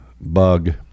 bug